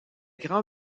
grands